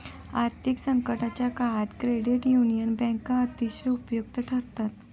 आर्थिक संकटाच्या काळात क्रेडिट युनियन बँका अतिशय उपयुक्त ठरतात